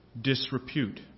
disrepute